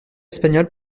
espagnole